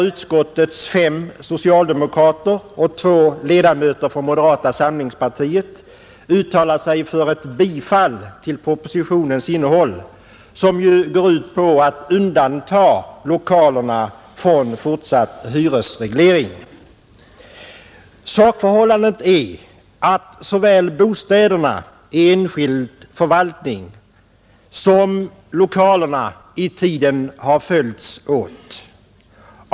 Utskottets fem socialdemokrater och två ledamöter från moderata samlingspartiet uttalar sig där för ett bifall till propositionens innehåll, som ju går ut på att undanta lokalerna från fortsatt hyresreglering. Sakförhållandet är att såväl bostäderna i enskild förvaltning som lokalerna i tiden har följts åt.